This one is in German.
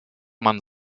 man